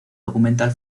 documental